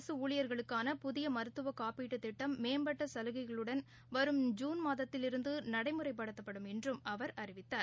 அரசுஊழியர்களுக்கான புதியமருத்துவகாப்பீட்டுதிட்டம் மேம்பட்டசலுகைகளுடன் வரும் ஜூன்மாதத்திலிருந்துநடைமுறைப்படுத்தப்படும்என்றும் அவர் அறிவித்தார்